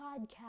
podcast